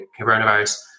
coronavirus